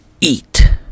eat